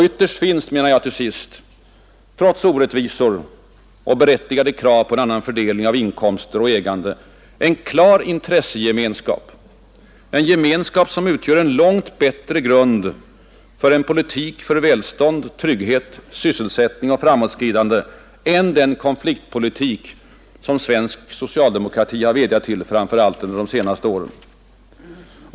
Ytterst finns, menar jag till sist, trots orättvisor och berättigade krav på en annan fördelning av inkomster och ägande en klar intressegemenskap, en gemenskap som utgör en långt bättre grund för en politik för välstånd, trygghet, sysselsättning och framåtskridande än den konfliktpolitik som svensk socialdemokrati har vädjat till framför allt under de senaste åren.